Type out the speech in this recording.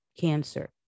cancer